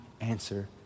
answer